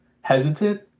hesitant